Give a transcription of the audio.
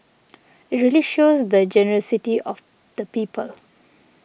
it really shows the generosity of the people